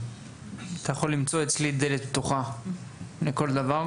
שאתה יכול למצוא אצלי דלת פתוחה לכל דבר